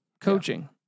coaching